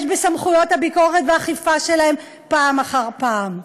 בסמכויות הביקורת והאכיפה שלהם פעם אחר פעם.